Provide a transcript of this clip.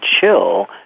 chill